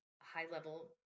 high-level